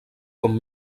com